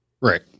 Right